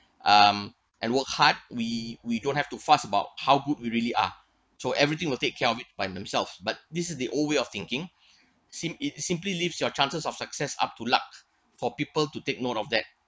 um and work hard we we don't have to fuss about how good we really are so everything will take care of it by themselves but this is the old way of thinking sim~ simply leaves your chances of success up to luck for people to take note of that